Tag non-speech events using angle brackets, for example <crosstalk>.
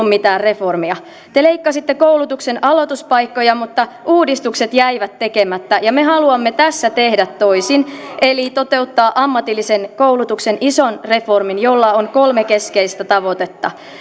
<unintelligible> mitään reformia te leikkasitte koulutuksen aloituspaikkoja mutta uudistukset jäivät tekemättä ja me haluamme tässä tehdä toisin eli toteuttaa ammatillisen koulutuksen ison reformin jolla on kolme keskeistä tavoitetta